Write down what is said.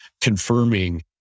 confirming